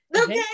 Okay